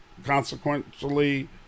consequently